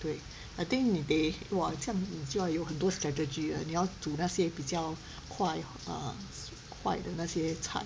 mm 对 I think 你得 !wah! 这样你就要有很多 strategy ah 你要煮那些比较快 err 快的那些菜